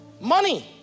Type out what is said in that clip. money